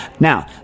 Now